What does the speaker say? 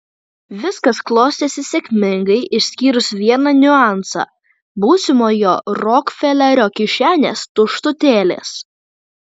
viskas klostėsi sėkmingai išskyrus vieną niuansą būsimojo rokfelerio kišenės tuštutėlės